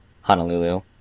Honolulu